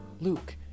Luke